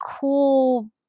cool